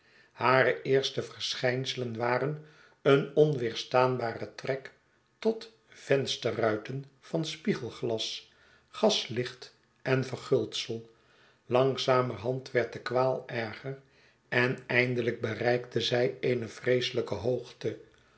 hare eerste verschijnselen waren een onweerstaanbare trek tot vensterruiten van spiegelglas gaslicht en verguldsei langzamerhand werd de kwaal erger en eindelijk bereikte zij eene vreeselijke hoogte